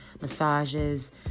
massages